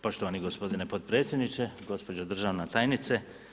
Poštovani gospodine potpredsjedniče, gospođo državna tajnice.